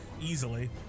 easily